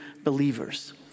believers